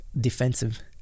defensive